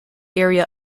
area